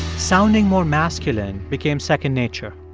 sounding more masculine became second nature.